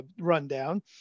rundown